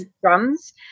drums